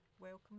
welcome